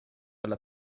alla